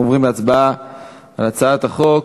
אנחנו עוברים להצבעה על הצעת החוק.